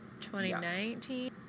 2019